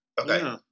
Okay